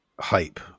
hype